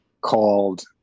called